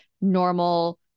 normal